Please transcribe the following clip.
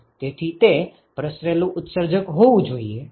તેથી તે પ્રસરેલું ઉત્સર્જક હોવું જોઈએ હા